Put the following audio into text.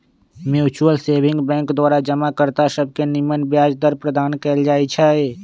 mutual saving bank द्वारा जमा कर्ता सभके निम्मन ब्याज दर प्रदान कएल जाइ छइ